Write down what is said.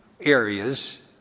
areas